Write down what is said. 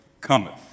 cometh